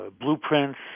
blueprints